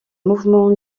mouvement